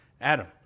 Adam